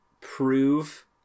prove